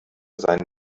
seinen